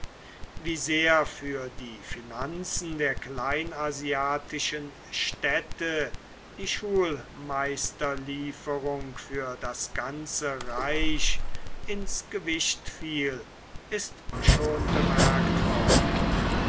wie sehr für die finanzen der kleinasiatischen städte die schulmeisterlieferung für das ganze reich ins gewicht fiel ist schon bemerkt worden